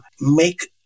make